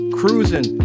cruising